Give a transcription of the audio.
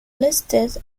listed